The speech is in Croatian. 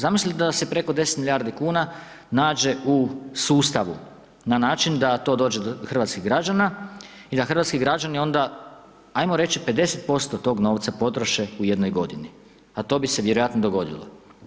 Zamislite da se preko 10 milijardi kuna nađe u sustavu na način da to dođe do hrvatskih građana i da hrvatski građani onda, ajmo reći, 50% tog novca potroše u jednoj godini, a to bi se vjerojatno dogodilo.